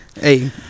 Hey